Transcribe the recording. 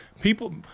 people